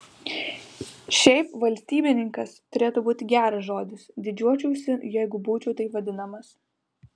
šiaip valstybininkas turėtų būti geras žodis didžiuočiausi jeigu būčiau taip vadinamas